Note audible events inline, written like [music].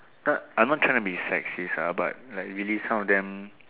[noise] I'm not trying to be sexist ah but like really some of them